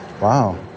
wow